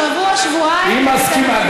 שבוע, שבועיים, היא מסכימה.